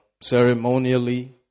ceremonially